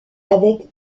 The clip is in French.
avec